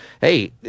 Hey